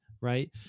right